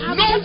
no